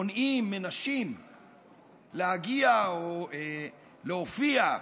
מונעים מנשים להגיע ולהופיע,